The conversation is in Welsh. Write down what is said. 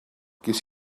ges